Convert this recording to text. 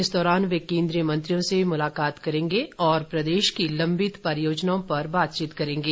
इस दौरान वे केन्द्रीय मंत्रियों से मुलाकात करेंगे और प्रदेश की लंबित परियोजनाओं पर बातचीत करेंगे